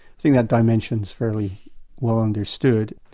think that dimension's fairly well understood.